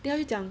then 他就讲